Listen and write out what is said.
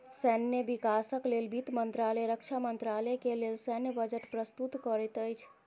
सैन्य विकासक लेल वित्त मंत्रालय रक्षा मंत्रालय के लेल सैन्य बजट प्रस्तुत करैत अछि